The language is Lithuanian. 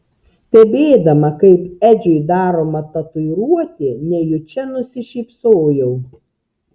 stebėdama kaip edžiui daroma tatuiruotė nejučia nusišypsojau